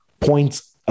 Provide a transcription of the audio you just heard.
points